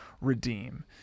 redeem